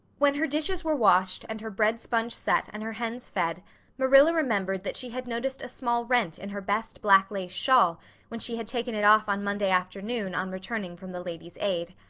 when her dishes were washed and her bread sponge set and her hens fed marilla remembered that she had noticed a small rent in her best black lace shawl when she had taken it off on monday afternoon on returning from the ladies' aid.